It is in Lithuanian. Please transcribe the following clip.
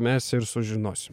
mes ir sužinosim